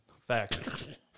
Fact